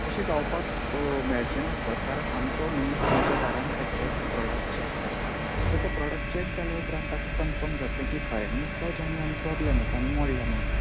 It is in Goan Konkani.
तशें जावपाक मेळचें ना सर कारण आमचो मनीस तुमच्या दारान येतलो तो प्रोडक्ट चॅक करपाक सो तो प्रोडक्ट चॅक जाल्या उपरांत ताका कनफर्म जातले की खऱ्यांनीच तो जेनवन प्रोबल्म आसा आनी मोडलां म्हणून